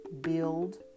build